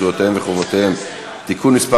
זכויותיהם וחובותיהם (תיקון מס'